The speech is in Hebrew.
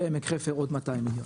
ועמק חפר עוד 200 מיליון.